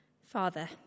Father